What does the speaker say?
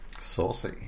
saucy